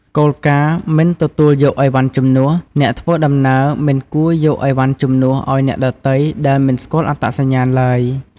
គោលការណ៍ "មិនទទួលយកអីវ៉ាន់ជំនួស" អ្នកធ្វើដំណើរមិនគួរយកអីវ៉ាន់ជំនួសឱ្យអ្នកដទៃដែលមិនស្គាល់អត្តសញ្ញាណឡើយ។